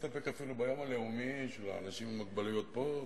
והייתי מסתפק אפילו ביום הלאומי של אנשים עם מוגבלויות פה,